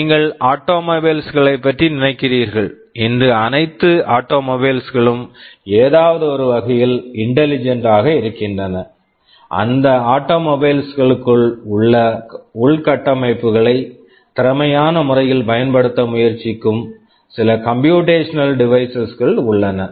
நீங்கள் automobiles automobiles களைப் பற்றி நினைக்கிறீர்கள் இன்று அனைத்து ஆட்டோமொபைல் automobile களும் ஏதோவொரு வகையில் இன்டெலிஜெண்ட் intelligent ஆக இருக்கின்றன அந்த ஆட்டோமொபைல் automobile களுக்குள் உள்ள உள்கட்டமைப்புகளை திறமையான முறையில் பயன்படுத்த முயற்சிக்கும் சில கம்புயூடேஷனல் டிவைஸஸ் computational devices கள் உள்ளன